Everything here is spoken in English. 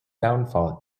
downfall